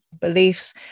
beliefs